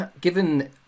given